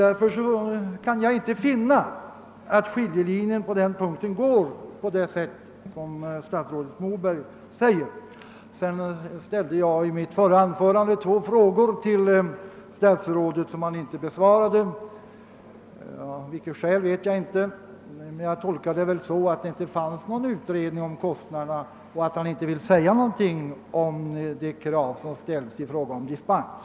Därför kan jag inte finna att skiljelinjen på den punkten går på det sätt som statsrådet Moberg vill göra gällande. I mitt förra anförande ställde jag två frågor till statsrådet som han inte besvarade — av vilket skäl vet jag inte. Men jag tolkar det som om det inte finns någon utredning om kostnaderna och att han inte vill säga någonting om de krav som ställts i fråga om dispens.